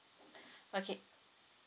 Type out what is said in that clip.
okay